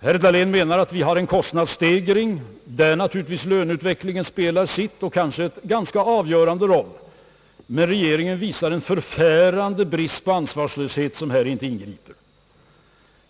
Herr Dahlén menar att vi har en kostnadsstegring i vilken löneutvecklingen spelar en kanske ganska avgörande roll och att regeringen visar ett förfärande prov på ansvarslöshet när den här inte ingriper.